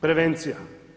Prevencija.